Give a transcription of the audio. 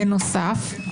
בנוסף,